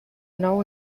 nou